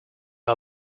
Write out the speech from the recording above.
our